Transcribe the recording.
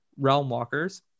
realmwalkers